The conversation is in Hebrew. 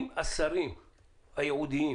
אם השרים הייעודיים